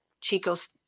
chico's